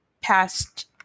past